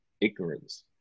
ignorance